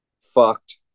fucked